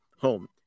home